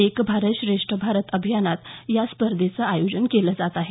एक भारत श्रेष्ठ भारत अभियानात या स्पर्धेचं आयोजन केलं जात आहे